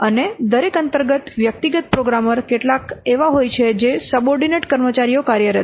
અને દરેક અંતર્ગત વ્યક્તિગત પ્રોગ્રામર કેટલાક કેટલાક એવા હોય છે જે સબોર્ડીનેટ કર્મચારીઓ કાર્યરત છે